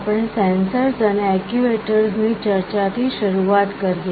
આપણે સેન્સર્સ અને એકયુએટર્સ ની ચર્ચા થી શરૂઆત કરીએ